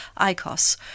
ICOS